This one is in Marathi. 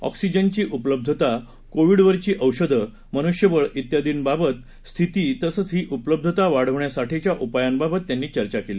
ऑक्सीजनची उपलब्धता कोविडवरची औषधं मनुष्यबळ त्यादींबाबतची स्थिती तसंच ही उपलब्धता वाढवण्यासाठीच्या उपायांबाबत त्यांनी चर्चा केली